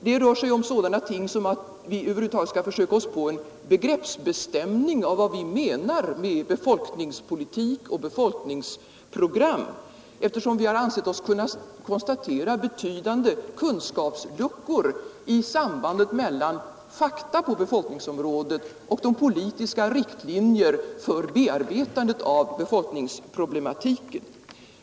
Det rör sig om sådana ting som att försöka sig på en begreppsbestämning av vad vi menar med befolkningspolitik och befolkningsprogram; vi har ansett oss kunna konstatera betydande kunskapsluckor i sambandet mellan fakta på befolkningsområdet och de politiska riktlinjerna för bearbetandet av befolkningsproblematiken.